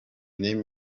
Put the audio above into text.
name